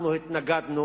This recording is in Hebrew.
אנחנו התנגדנו,